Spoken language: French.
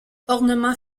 ornements